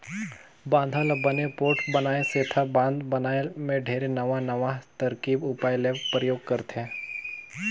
बांधा ल बने पोठ बनाए सेंथा बांध बनाए मे ढेरे नवां नवां तरकीब उपाय ले परयोग करथे